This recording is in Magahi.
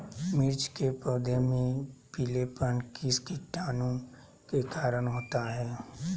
मिर्च के पौधे में पिलेपन किस कीटाणु के कारण होता है?